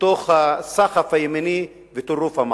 בתוך הסחף הימני וטירוף המערכות.